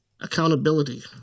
accountability